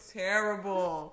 terrible